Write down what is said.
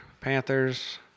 Panthers